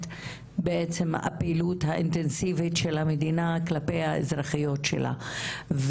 בעצם הפעילות האינטנסיבית של המדינה כלפי האזרחיות שלה.